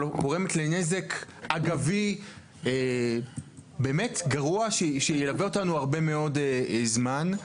אבל גורמת לנזק אגבי באמת גרוע שילווה אותנו הרבה מאוד זמן.